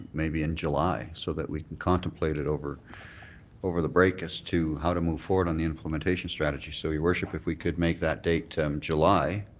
maybe in july. so that we could contemplate it over over the break as to how to move forward on the implementation strategy so, your worship, if we could make that date um july,